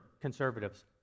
conservatives